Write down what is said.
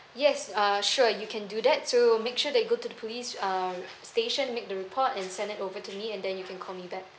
yes uh sure you can do that so make sure that you go to the police uh station make the report and send it over to me and then you can call me back